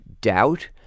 doubt